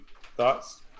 thoughts